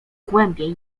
głębiej